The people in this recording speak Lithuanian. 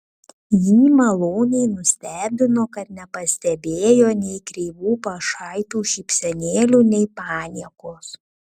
jį maloniai nustebino kad nepastebėjo nei kreivų pašaipių šypsenėlių nei paniekos